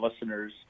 listeners